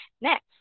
Next